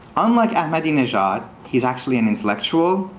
unlike ahmadinejad, he's actually an intellectual.